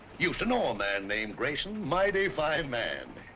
used to know a man named grayson. mighty fine man.